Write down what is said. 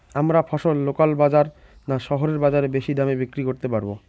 আমরা ফসল লোকাল বাজার না শহরের বাজারে বেশি দামে বিক্রি করতে পারবো?